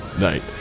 Night